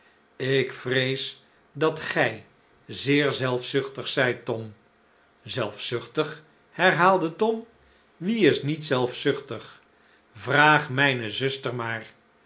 ik vrees dat gij zeer zelfzuchtig zijt tom zefzuchtig herhaalde tom wie is niet zelfzuchtig vraag mijne zuster maar